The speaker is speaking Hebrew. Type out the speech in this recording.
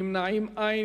נמנעים, אין.